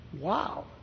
Wow